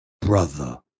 brother